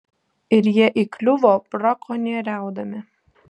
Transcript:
ir jie įkliuvo brakonieriaudami